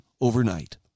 overnight